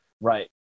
Right